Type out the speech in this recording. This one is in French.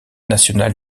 nationale